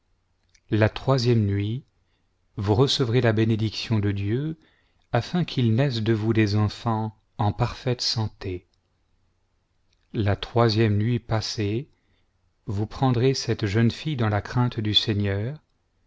la troisième nuit vous recevrez la bénédiction de dieu afin qu'il naisse de vous des enfants en parfaite santé la troisième nuit passée voua prendrez cette jeune fille dans la crainte du seigneur